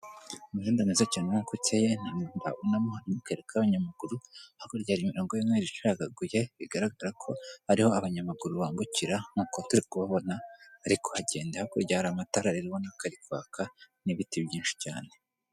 Umuhanda mwiza cyane ubona ko ukeye, ni umuhanda ubonamo akayira k'abanyamaguru, hakurya imirongo ibiri icagaguye bigaragara ko ari ho abanyamaguru bambukira nk'uko turi kubabona, bari kuhagenda, hakurya hari amatara rero ubona ko ari kwaka n'ibiti byinshi cyane.